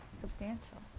substantial.